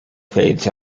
fades